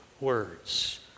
words